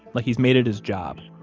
like he's made it his job